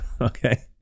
Okay